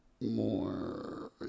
more